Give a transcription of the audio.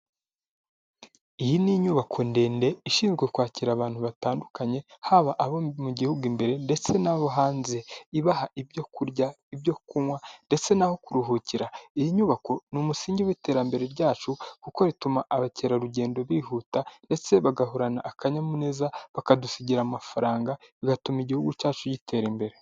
Iyi ni inyubako ndende ishinzwe kwakira abantu batandukanye haba abo mu gihugu imbere ndetse n'abo hanze, ibaha ibyo kurya, ibyo kunywa ndetse n'aho kuruhukira, iyi nyubako ni umusingi w'iterambere ryacu kuko rituma abakerarugendo bihuta ndetse bagahorana akanyamuneza bakadusigira amafaranga, bigatuma igihugu cyacu gitera imbere.